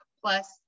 plus